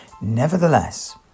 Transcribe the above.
Nevertheless